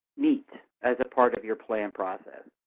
meet as a part of your plan process.